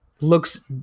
looks